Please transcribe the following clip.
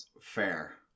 Fair